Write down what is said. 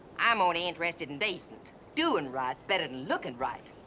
i'm only interested in decent. doing right's better than looking right.